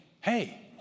hey